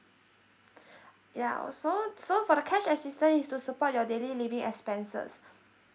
ya also so for the cash assistant is to support your daily living expenses